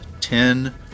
Ten